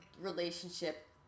relationship